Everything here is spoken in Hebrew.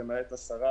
למעט 10,